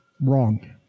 wrong